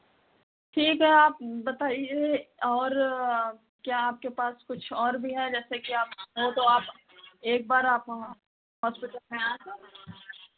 ठीक है आप बताइए और क्या आपके पास कुछ और भी है जैसे कि आप हो तो आप एक बार हॉस्पिटल में आ जाओ